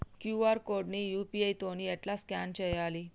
QR code ని UPI తోని ఎట్లా స్కాన్ చేయాలి?